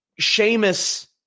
Seamus